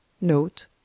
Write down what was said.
note